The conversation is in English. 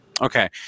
Okay